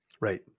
right